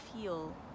feel